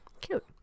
Cute